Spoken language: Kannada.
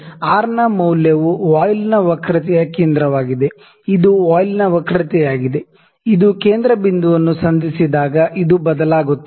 ಆರ್ ನ ಮೌಲ್ಯವು ವಾಯ್ಲ್ನ ವಕ್ರತೆಯ ಕೇಂದ್ರವಾಗಿದೆ ಇದು ವಾಯ್ಲ್ನ ವಕ್ರತೆಯಾಗಿದೆ ಇದು ಕೇಂದ್ರ ಬಿಂದುವನ್ನು ಸಂಧಿಸಿದಾಗ ಇದು ಬದಲಾಗುತ್ತದೆ